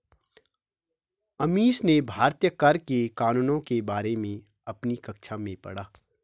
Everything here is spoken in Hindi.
अमीश ने भारतीय कर के कानूनों के बारे में अपनी कक्षा में पढ़ा